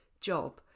job